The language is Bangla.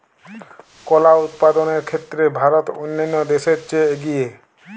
কলা উৎপাদনের ক্ষেত্রে ভারত অন্যান্য দেশের চেয়ে এগিয়ে